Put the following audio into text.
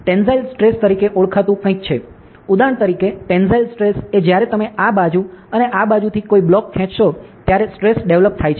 tensile stress તરીકે ઓળખાતું કંઈક છે ઉદાહરણ તરીકે ટેન્સાઇલ સ્ટ્રેસ એ જ્યારે તમે આ બાજુ અને આ બાજુથી કોઈ બ્લોક ખેંચશો ત્યારે સ્ટ્રેસ ડેવલોપ થાય છે